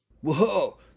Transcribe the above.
Whoa